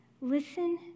listen